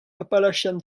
appalachian